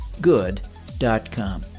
good.com